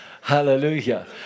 Hallelujah